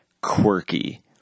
quirky